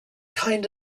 kind